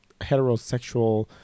heterosexual